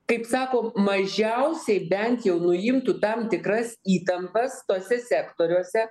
kaip sakom mažiausiai bent jau nuimtų tam tikras įtampas tuose sektoriuose